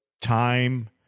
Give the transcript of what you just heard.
time